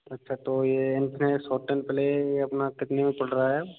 अच्छा तो ये इनफिनिक्स हॉट टेन प्ले ये अपना कितने में पड़ रहा है